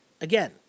again